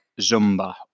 zumba